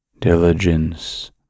diligence